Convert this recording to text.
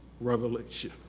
revelation